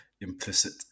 implicit